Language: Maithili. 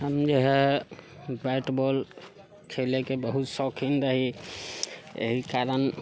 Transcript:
हम जे है बैट बाँल खेलैके बहुत शौकिन रही एहि कारण